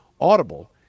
Audible